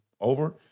over